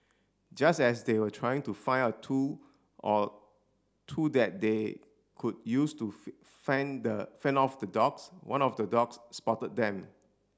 just as they were trying to find a tool or two that they could use to fend the fend off the dogs one of the dogs spotted them